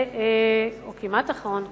כמעט אחרון,